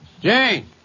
Jane